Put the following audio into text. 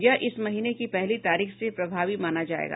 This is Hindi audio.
यह इस महीने की पहली तारीख से प्रभावी माना जाएगा